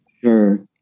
Sure